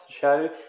show